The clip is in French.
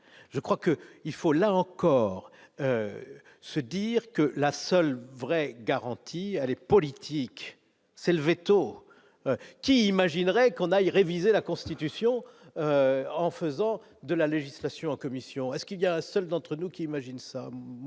je crois que il faut là encore se dire que la seule vraie garantie les politique c'est le véto qui imaginerait qu'on aille réviser la Constitution en faisant de la législation en commission est ce qu'il y a un seul d'entre nous qui imagine ça,